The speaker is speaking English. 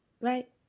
right